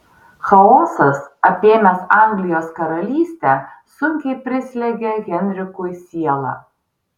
chaosas apėmęs anglijos karalystę sunkiai prislegia henrikui sielą